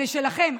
זה שלכם.